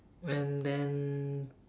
and then